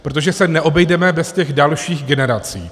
Protože se neobejdeme bez těch dalších generací.